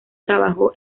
trabajó